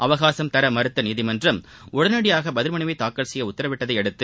அவகாசம் தர மறுத்த நீதிமன்றம் உடனடியாக பதில் மனுவை தாக்கல் செய்ய உத்தரவிட்டதையடுத்து